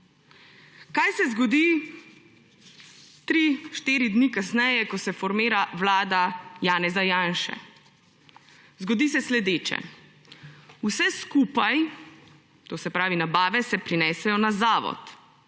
Kaj se zgodi tri, štiri dni kasneje, ko se formira vlada Janeza Janše? Zgodi se sledeče: vse skupaj, to se pravi nabave, se prenesejo na zavod;